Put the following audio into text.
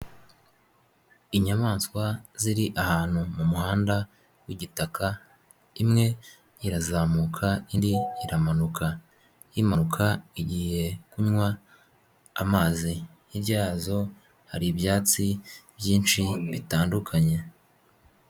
Inyamanswa ziri ahantu mu muhanda w'igitaka, imwe irazamuka indi iramanuka. Imanuka igi kunywa amazi. Hirya yazo hari ibyatsi byinshi bitandukanye.